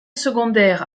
secondaire